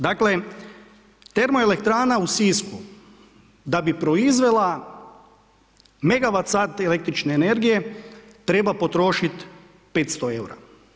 Dakle, termoelektrana u Sisku, da bi proizvela megawat sat električne energije, treba potrošiti 500 eura.